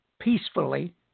peacefully